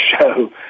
show